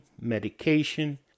medication